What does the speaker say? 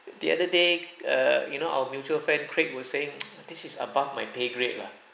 the other day err you know our mutual friend craig were saying this is above my pay grade lah